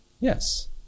Yes